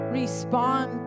respond